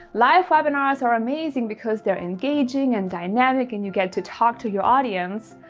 live webinars are amazing because they're engaging and dynamic and you get to talk to your audience,